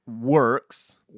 works